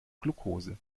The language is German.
glukose